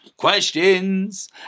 Questions